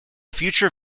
future